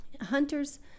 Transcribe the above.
Hunters